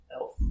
elf